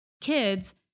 kids